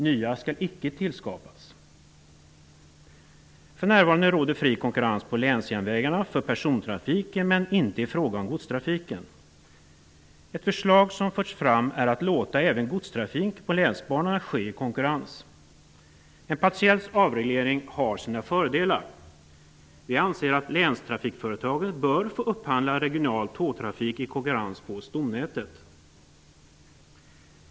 Nya skall icke tillskapas. För närvarande råder fri konkurrens på länsjärnvägarna för persontrafiken men inte i fråga om godstrafiken. Ett förslag som förts fram är att låta även godstrafik på länsbanorna ske i konkurrens. En partiell avreglering har sina fördelar. Vi anser att länstrafikföretagen bör få upphandla regional tågtrafik i konkurrens på stomnätet.